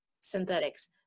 synthetics